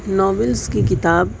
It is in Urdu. ناولس کی کتاب